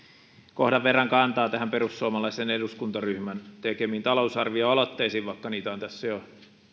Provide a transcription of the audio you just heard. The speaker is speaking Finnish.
kohdan verran kantaa perussuomalaisen eduskuntaryhmän tekemiin talousarvioaloitteisiin vaikka niitä on tässä jo